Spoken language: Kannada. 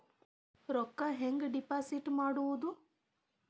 ರೊಕ್ಕ ಹೆಂಗೆ ಡಿಪಾಸಿಟ್ ಮಾಡುವುದು?